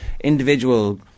individual